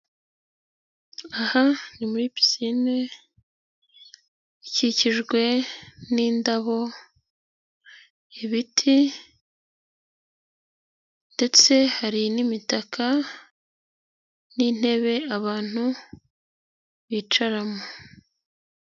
Aha ni muri pisine ikikijwe n'indabo, ibiti ndetse hari n'imitaka n'intebe abantu bicaramo.